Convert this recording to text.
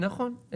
נכון.